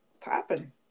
Popping